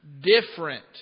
different